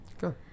Go